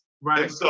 Right